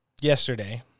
yesterday